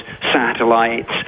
satellites